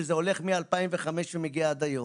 וזה הולך מ-2005 ומגיע עד היום.